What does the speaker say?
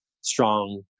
strong